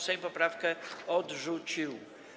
Sejm poprawkę odrzucił.